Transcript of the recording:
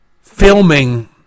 filming